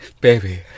baby